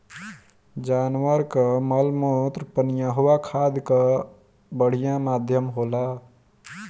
जानवर कअ मलमूत्र पनियहवा खाद कअ बढ़िया माध्यम होला